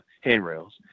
handrails